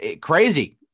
crazy